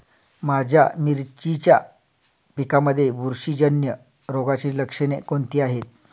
माझ्या मिरचीच्या पिकांमध्ये बुरशीजन्य रोगाची लक्षणे कोणती आहेत?